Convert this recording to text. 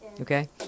Okay